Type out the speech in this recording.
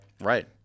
Right